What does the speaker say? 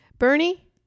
Bernie